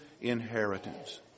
inheritance